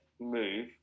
move